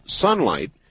sunlight